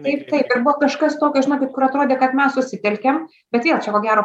taip taip ir buvo kažkas tokio žinokit kur atrodė kad mes susitelkėm bet vėl čia ko gero